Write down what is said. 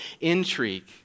intrigue